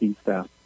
staff